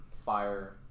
fire